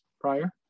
prior